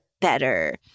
better